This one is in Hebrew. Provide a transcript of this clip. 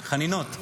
חנינות.